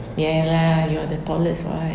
ya lah you are the tallest [what]